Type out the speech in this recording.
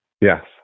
Yes